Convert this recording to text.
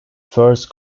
first